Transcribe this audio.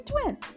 twin